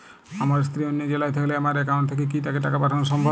আমার স্ত্রী অন্য জেলায় থাকলে আমার অ্যাকাউন্ট থেকে কি তাকে টাকা পাঠানো সম্ভব?